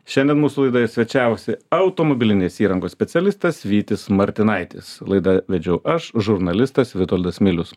šiandien mūsų laidoje svečiavosi automobilinės įrangos specialistas vytis martinaitis laidą vedžiau aš žurnalistas vitoldas milius